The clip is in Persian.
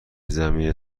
زمینی